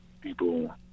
people